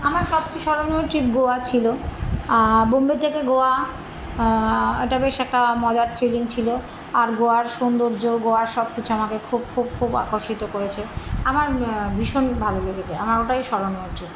আমার সবচেয়ে স্মরণীয় ট্রিপ গোয়া ছিল বোম্বে থেকে গোয়া এটা বেশ একটা মজার থ্রিলিং ছিল আর গোয়ার সৌন্দর্য গোয়ার সব কিছু আমাকে খুব খুব খুব আকর্ষিত করেছে আমার ভীষণ ভালো লেগেছে আমার ওটাই স্মরণীয় ট্রিপ